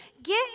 get